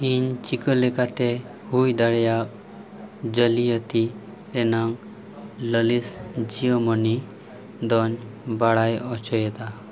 ᱤᱧ ᱪᱤᱠᱟᱹ ᱞᱮᱠᱟᱛᱮ ᱦᱩᱭ ᱫᱟᱲᱮᱭᱟᱜ ᱡᱟᱹᱞᱤᱭᱟᱹᱛᱤ ᱮᱱᱟᱝ ᱞᱟᱹᱞᱤᱥ ᱡᱤᱭᱳᱢᱚᱱᱤ ᱫᱚᱹᱧ ᱵᱟᱲᱟᱭ ᱚᱪᱚᱭᱮᱫᱟ